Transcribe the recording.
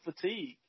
fatigue